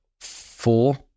four